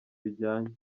bijyanye